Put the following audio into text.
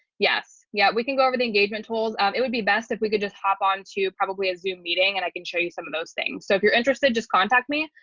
yes, yeah, we can go over the engagement tools, it would be best if we could just hop on to probably a zoom meeting, and i can show you some of those things. so if you're interested, just contact me.